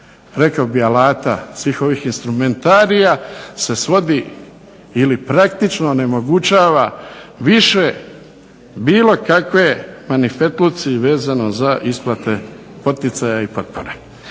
rekao bih alata, svih ovih instrumentarija se svodi i li praktično onemogućava više bilo kakvi manifetluci vezano za isplate poticaja i potpore.